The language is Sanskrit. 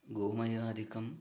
गोमयादिकम्